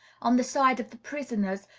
on the side of the prisoners,